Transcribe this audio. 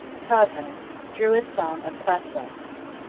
todhunter druid song of cathvah.